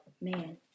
man